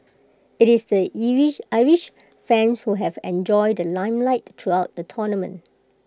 IT is the Irish fans who have enjoyed the limelight throughout the tournament